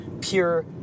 pure